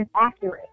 accurate